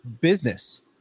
business